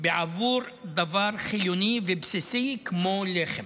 בעבור דבר חיוני ובסיסי כמו לחם.